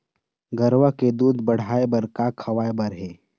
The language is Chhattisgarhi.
गरवा के दूध बढ़ाये बर का खवाए बर हे?